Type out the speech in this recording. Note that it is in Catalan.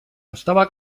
estava